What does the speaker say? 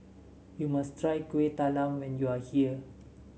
you must try Kuih Talam when you are here